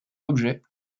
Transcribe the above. objet